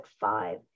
five